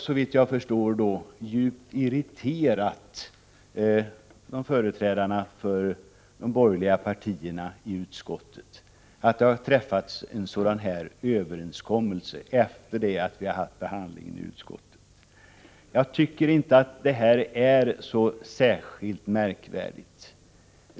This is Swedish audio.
Såvitt jag förstår har det djupt irriterat företrädarna för de borgerliga partierna i utskottet att en sådan överenskommelse har träffats efter utskottsbehandlingen. Jag tycker inte att det är så särskilt märkvärdigt.